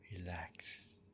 relax